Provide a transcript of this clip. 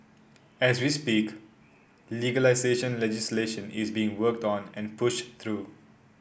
as we speak legalisation legislation is being worked on and pushed through